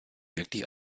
wirklich